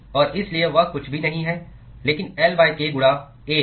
और इसलिए वह कुछ भी नहीं है लेकिन Lk गुणा A है